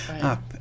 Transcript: up